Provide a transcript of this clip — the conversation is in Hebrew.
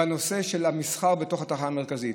בנושא של המסחר בתוך התחנה המרכזית,